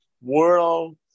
world